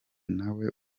nawe